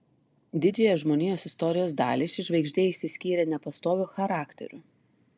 didžiąją žmonijos istorijos dalį ši žvaigždė išsiskyrė nepastoviu charakteriu